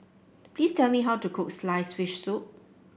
please tell me how to cook sliced fish soup